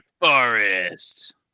forest